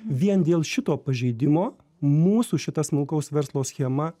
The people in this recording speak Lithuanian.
vien dėl šito pažeidimo mūsų šita smulkaus verslo schema